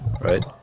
right